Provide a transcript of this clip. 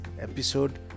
episode